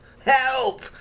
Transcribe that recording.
Help